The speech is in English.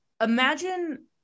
imagine